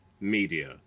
Media